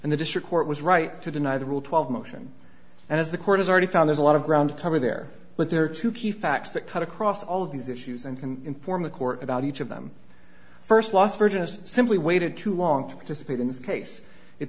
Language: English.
and the district court was right to deny the rule twelve motion and as the court has already found there's a lot of ground cover there but there are two key facts that cut across all of these issues and can inform the court about each of them first last version is simply waited too long to participate in this case it